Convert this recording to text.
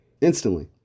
instantly